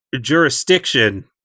jurisdiction